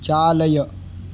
चालय